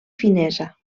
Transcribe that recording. finesa